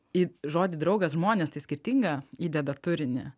į žodį draugas žmonės tai skirtingą įdeda turinį